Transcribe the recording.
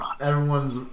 everyone's